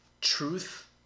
Truth